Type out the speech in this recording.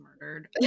murdered